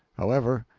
however,